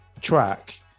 track